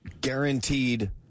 Guaranteed